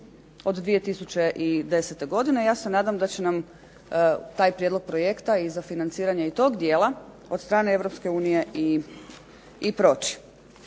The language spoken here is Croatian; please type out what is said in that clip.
od 2010. godine ja se nadam da će nam taj prijedlog projekta i za financiranje tog dijela, od strane Europske